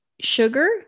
sugar